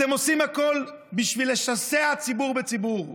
אתם עושים הכול בשביל לשסות ציבור בציבור.